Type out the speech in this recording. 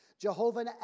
Jehovah